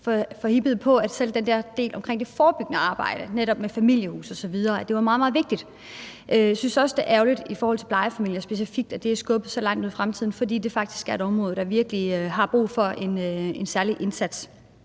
forhippet på, at selv den del om det forebyggende arbejde, netop med familiehuse osv., var meget, meget vigtig. Jeg synes også, det er ærgerligt specifikt i forhold til plejefamilier, at det er skubbet så langt ud i fremtiden, fordi det faktisk er et område, der virkelig har brug for en særlig indsats.